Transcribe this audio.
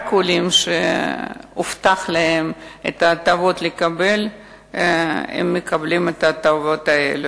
רק עולים שהובטח להם לקבל את ההטבות מקבלים את ההטבות האלה,